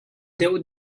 deuh